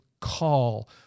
call